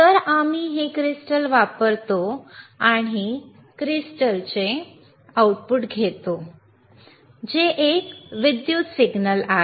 तर आम्ही हे क्रिस्टल वापरतो आणि क्रिस्टलचे आउटपुट घेतो जे एक विद्युत सिग्नल आहे